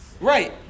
Right